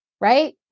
right